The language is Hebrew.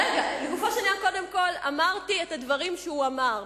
לגופו של עניין, אמרתי את הדברים שהוא אמר.